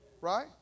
Right